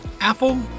Apple